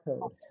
code